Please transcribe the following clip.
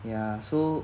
ya so